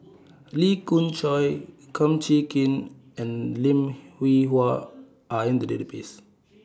Lee Khoon Choy Kum Chee Kin and Lim Hwee Hua Are in The Database